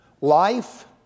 life